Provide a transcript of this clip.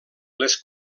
les